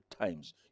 times